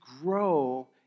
grow